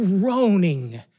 groaning